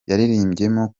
yaririmbyemo